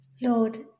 Lord